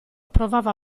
provava